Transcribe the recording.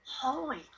holy